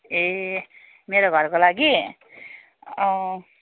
ए मेरो घरको लागि अँ